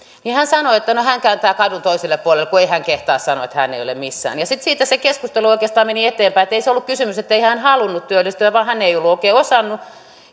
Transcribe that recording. hän sanoi että no hän kääntyy kadun toiselle puolelle kun ei hän kehtaa sanoa että hän ei ole missään ja sitten siitä se keskustelu oikeastaan meni eteenpäin että ei siitä ollut kysymys ettei hän halunnut työllistyä vaan hän ei ollut oikein osannut